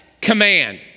Command